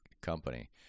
company